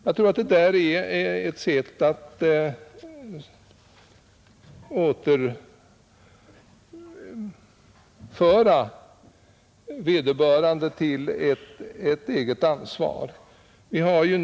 Jag tror att detta kan bidra till att återföra vederbörande till att känna ansvar för sig själv.